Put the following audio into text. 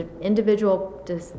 individual